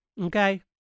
okay